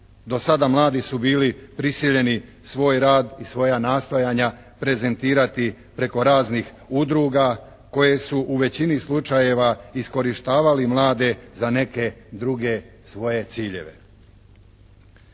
Do sada mladi su bili prisiljeni svoj rad i svoja nastojanja prezentirati preko raznih udruga koje su u većini slučajeva iskorištavali mlade za neke druge svoje ciljeve.